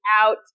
out